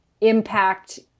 impact